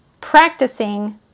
practicing